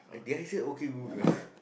did I said o_k Google